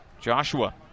Joshua